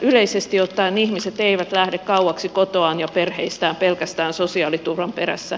yleisesti ottaen ihmiset eivät lähde kauaksi kotoaan ja perheistään pelkästään sosiaaliturvan perässä